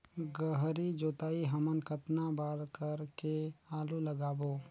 गहरी जोताई हमन कतना बार कर के आलू लगाबो?